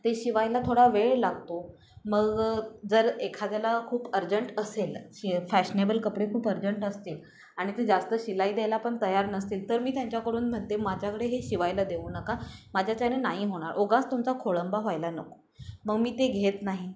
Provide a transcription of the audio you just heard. ते शिवायला थोडा वेळ लागतो मग जर एखाद्याला खूप अर्जंट असेल शि फॅशनेबल कपडे खूप अर्जंट असतील आणि ते जास्त शिलाई द्यायला पण तयार नसतील तर मी त्यांच्याकडून म्हणते माझ्याकडे हे शिवायला देऊ नका माझ्याच्याने नाही नाही होणार उगाच तुमचा खोळंबा व्हायला नको मग मी ते घेत नाही